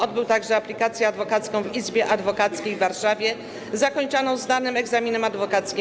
Odbył także aplikację adwokacką w Izbie Adwokackiej w Warszawie zakończoną zdanym egzaminem adwokackim.